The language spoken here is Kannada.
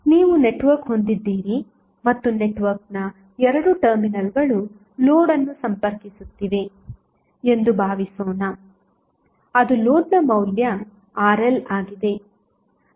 ನೀವು ನೆಟ್ವರ್ಕ್ ಹೊಂದಿದ್ದೀರಿ ಮತ್ತು ನೆಟ್ವರ್ಕ್ನ 2 ಟರ್ಮಿನಲ್ಗಳು ಲೋಡ್ ಅನ್ನು ಸಂಪರ್ಕಿಸುತ್ತಿವೆ ಎಂದು ಭಾವಿಸೋಣ ಅದು ಲೋಡ್ನ ಮೌಲ್ಯ RL ಆಗಿದೆ